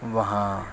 وہاں